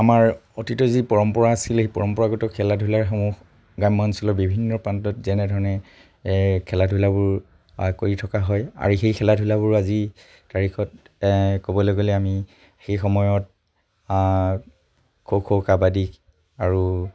আমাৰ অতীতত যি পৰম্পৰা আছিলে সেই পৰম্পৰাগত খেলা ধূলাসমূহ গ্ৰাম্য অঞ্চলৰ বিভিন্ন প্ৰান্তত যেনেধৰণে খেলা ধূলাবোৰ কৰি থকা হয় আৰু সেই খেলা ধূলাবোৰ আজি তাৰিখত ক'বলৈ গ'লে আমি সেই সময়ত খো খো কাবাডী আৰু